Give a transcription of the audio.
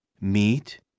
meat